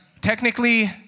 technically